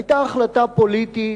היתה החלטה פוליטית,